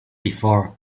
before